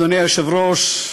אדוני היושב-ראש,